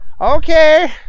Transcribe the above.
Okay